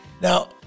Now